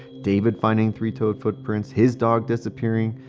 david finding three-toed footprints, his dog disappearing,